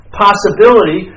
possibility